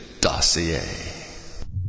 Dossier